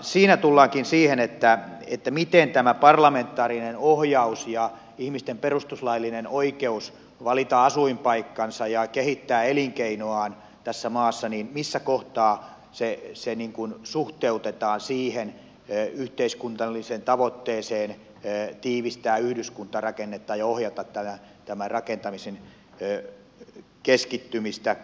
siinä tullaankin siihen missä kohtaa tämä parlamentaarinen ohjaus ja ihmisten perustuslaillinen oikeus valita asuinpaikkansa ja kehittää elinkeinoaan tässä maassa niin missä kohtaa se ei se niin kun suhteutetaan siihen yhteiskunnalliseen tavoitteeseen tiivistää yhdyskuntarakennetta ja ohjata tämän rakentamisen keskittymistä